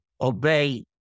obey